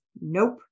nope